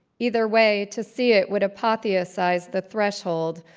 either way, to see it would apotheosize the threshold.